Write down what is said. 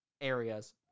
areas